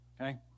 okay